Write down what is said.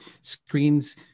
screens